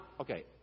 okay